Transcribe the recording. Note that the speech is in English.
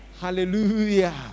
Hallelujah